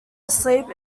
asleep